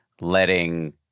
letting